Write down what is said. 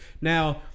Now